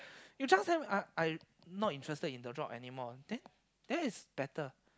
you just tell me I'm I'm not interested in the job anymore then that is better